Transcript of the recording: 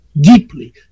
deeply